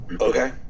Okay